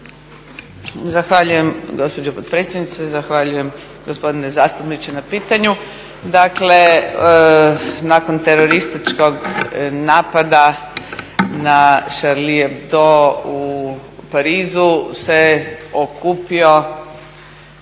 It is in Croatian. Zahvaljujem gospodine zastupniče na pitanju. Dakle nakon terorističkog napada na Sharlie Hebdo u Parizu se okupio